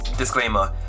disclaimer